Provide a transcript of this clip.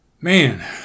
man